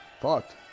Fucked